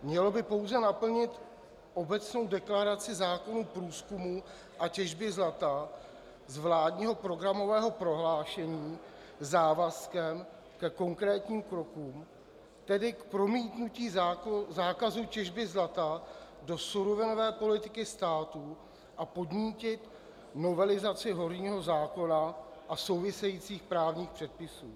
Mělo by pouze naplnit obecnou deklaraci zákonu průzkumu a těžby zlata z vládního programového prohlášení závazkem ke konkrétním krokům, tedy k promítnutí zákazu těžby zlata do surovinové politiky státu, a podnítit novelizaci horního zákona a souvisejících právních předpisů.